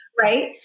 right